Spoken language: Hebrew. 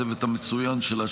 לצוות המצוין שלה,